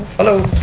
hello.